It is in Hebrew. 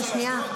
רגע, שנייה.